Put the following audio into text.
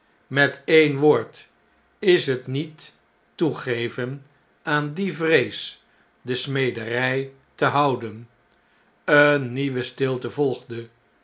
met een woord is het niet toegeven aan die vrees de smederg te houden eene nieuwe stilte volgde